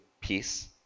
peace